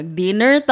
dinner